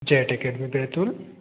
jet academy Betul